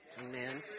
Amen